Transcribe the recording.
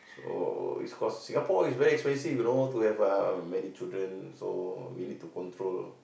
so it's cause Singapore is very expensive you know to have uh many children so we need to control